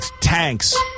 Tanks